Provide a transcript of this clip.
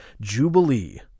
Jubilee